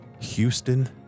Houston